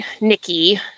Nikki